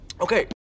okay